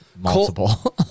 multiple